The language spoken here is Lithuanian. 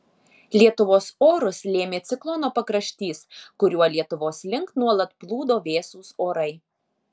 lietuvos orus lėmė ciklono pakraštys kuriuo lietuvos link nuolat plūdo vėsūs orai